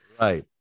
right